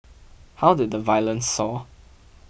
how did the violence soar